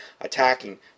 attacking